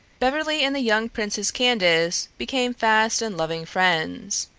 beverly and the young princess candace became fast and loving friends.